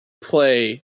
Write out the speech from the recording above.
play –